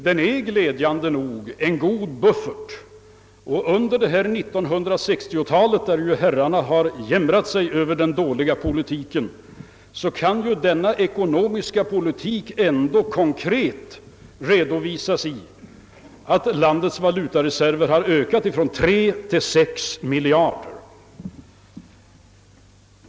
Den är dock glädjande nog en bra buffert. Och för den gångna delen av 1960-talet, då herrarna jämrat sig så över den dåliga politiken, kan ju den ekonomiska politiken ändå konkret redovisas i att landets valutareserv har ökat från tre till sex miljarder.